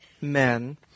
men